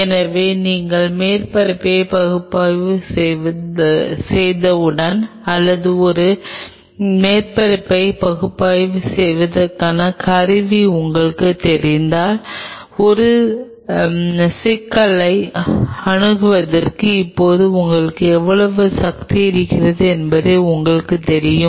எனவே நீங்கள் மேற்பரப்பை பகுப்பாய்வு செய்தவுடன் அல்லது ஒரு மேற்பரப்பை பகுப்பாய்வு செய்வதற்கான கருவிகள் உங்களுக்குத் தெரிந்தால் ஒரு சிக்கலை அணுகுவதற்கு இப்போது உங்களுக்கு எவ்வளவு சக்தி இருக்கிறது என்பது உங்களுக்குத் தெரியும்